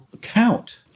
count